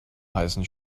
heißen